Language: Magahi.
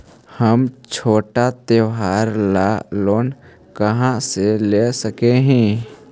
हम छोटा त्योहार ला लोन कहाँ से ले सक ही?